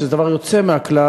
שזה דבר יוצא מן הכלל.